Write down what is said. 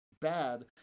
bad